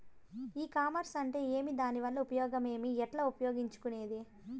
ఈ కామర్స్ అంటే ఏమి దానివల్ల ఉపయోగం ఏమి, ఎట్లా ఉపయోగించుకునేది?